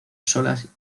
solas